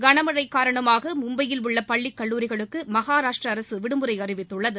களமழை காரணமாக மும்பையில் உள்ள பள்ளிக் கல்லூரிகளுக்கு மகாராஷ்ட்டிரா அரசு விடுமுறை அறிவித்துள்ளது